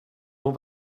ont